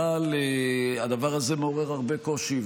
אבל הדבר הזה מעורר הרבה קושי,